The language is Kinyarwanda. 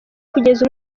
kugeza